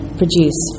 produce